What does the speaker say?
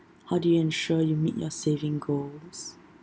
how do you ensure you meet your saving goals